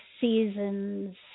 seasons